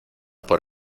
por